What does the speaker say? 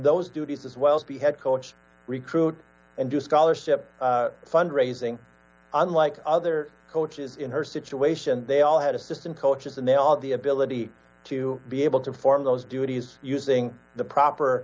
those duties as well as be head coach recruit and do scholarship fund raising unlike other coaches in her situation they all had assistant coaches and they all the ability to be able to perform those duties using the proper